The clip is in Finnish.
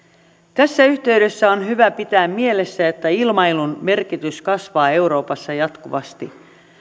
tässä yhteydessä on hyvä pitää mielessä että ilmailun merkitys kasvaa euroopassa jatkuvasti